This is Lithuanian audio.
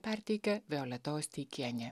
perteikė violeta osteikienė